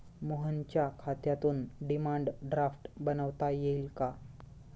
मोहनच्या खात्यातून demand draft बनवता येईल का?